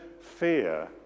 fear